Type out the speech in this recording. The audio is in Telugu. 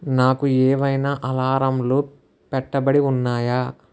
నాకు ఏవైనా అలారంలు పెట్టబడి ఉన్నాయా